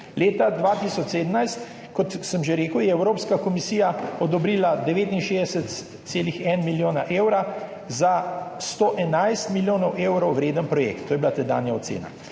Leta 2017, kot sem že rekel, je Evropska komisija odobrila 69,1 milijona evra za 111 milijonov evrov vreden projekt – to je bila tedanja ocena